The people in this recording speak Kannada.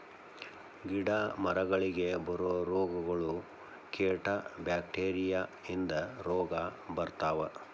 ಗಿಡಾ ಮರಗಳಿಗೆ ಬರು ರೋಗಗಳು, ಕೇಟಾ ಬ್ಯಾಕ್ಟೇರಿಯಾ ಇಂದ ರೋಗಾ ಬರ್ತಾವ